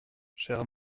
chère